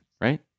right